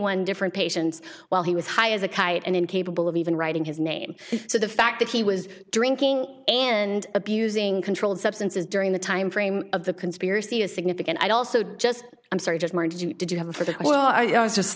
one different patients while he was high as a kite and incapable of even writing his name so the fact that he was drinking and abusing controlled substances during the time frame of the conspiracy is significant i'd also just i'm sorry just murdered you did you have a perfect well i was just